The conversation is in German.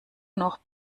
noch